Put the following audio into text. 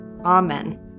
Amen